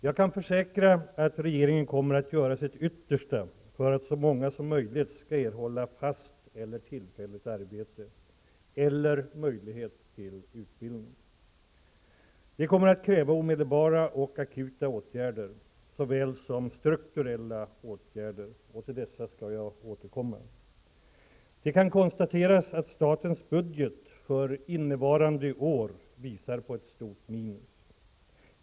Jag kan försäkra att regeringen kommer att göra sitt yttersta för att så många som möjligt skall erhålla fast eller tillfälligt arbete eller möjlighet till utbildning. Det kommer att kräva omedelbara och akuta åtgärder såväl som strukturella åtgärder, och till dessa skall jag återkomma. Det kan konstateras att statens budget för innevarande år visar på ett stort minus.